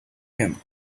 him